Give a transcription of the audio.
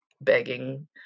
begging